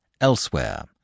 elsewhere